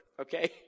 Okay